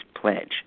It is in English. pledge